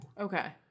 Okay